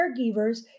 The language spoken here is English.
caregivers